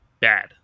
bad